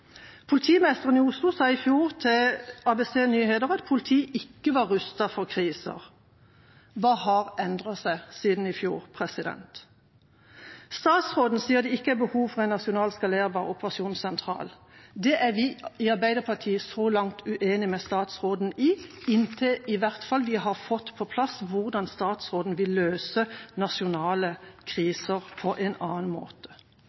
Politimesteren i Oslo sa i fjor til ABC Nyheter at politiet ikke var rustet for kriser. Hva har endret seg siden i fjor? Statsråden sier det ikke er behov for en nasjonal skalerbar operasjonssentral. Det er vi i Arbeiderpartiet så langt uenige med statsråden i, i hvert fall inntil vi har fått på plass hvordan statsråden vil løse nasjonale kriser på en annen måte.